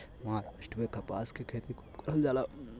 महाराष्ट्र में कपास के खेती खूब करल जाला